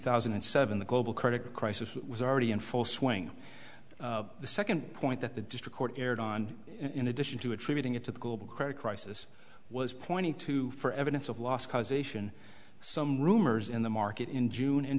thousand and seven the global credit crisis was already in full swing the second point that the district court erred on in addition to attributing it to the global credit crisis was pointing to for evidence of loss causation some rumors in the market in june